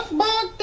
matt